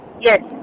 yes